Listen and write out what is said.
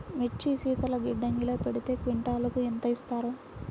మిర్చి శీతల గిడ్డంగిలో పెడితే క్వింటాలుకు ఎంత ఇస్తారు?